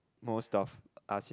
most of us